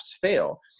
fail